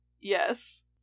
Yes